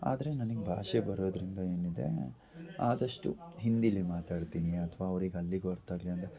ಆದರೆ ನನಿಗೆ ಭಾಷೆ ಬರೋದರಿಂದ ಏನಿದೆ ಆದಷ್ಟು ಹಿಂದೀಲಿ ಮಾತಾಡ್ತೀನಿ ಅಥವಾ ಅವ್ರಿಗೆ ಅಲ್ಲಿಗೂ ಅರ್ಥ ಆಗಲಿಲ್ಲ ಅಂದರೆ